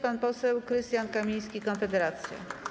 Pan poseł Krystian Kamiński, Konfederacja.